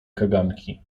kaganki